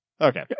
Okay